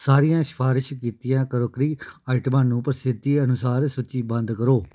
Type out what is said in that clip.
ਸਾਰੀਆਂ ਸਿਫ਼ਾਰਸ਼ ਕੀਤੀਆਂ ਕਰੌਕਰੀ ਆਈਟਮਾਂ ਨੂੰ ਪ੍ਰਸਿੱਧੀ ਅਨੁਸਾਰ ਸੂਚੀਬੱਧ ਕਰੋ